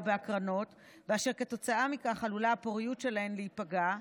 בהקרנות ואשר כתוצאה מכך עלולה הפוריות שלהן להיפגע,